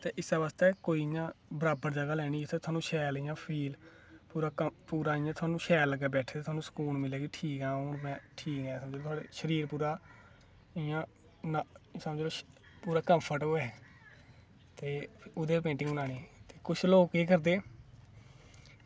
ते इस गल्ला बराबर जगह लैनी जित्थै थाह्नूं शैल फील पूरा इ'यां शैल लग्गे थाह्नूं बैठे दे पूरा फील सुकून मिले कि हां में ठीक आं हून शरीर पूरा इ'यां समझी लैओ इ'यां पूरा कंर्फ्ट होऐ ते ओह्दे उप्पर पेंटिंग बनानी ते कुछ लोग केह् करदे